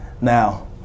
Now